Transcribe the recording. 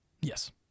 Yes